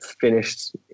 finished